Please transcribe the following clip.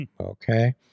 Okay